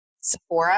Sephora